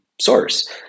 source